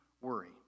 worry